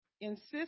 Insist